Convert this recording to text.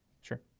Sure